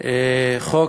חוק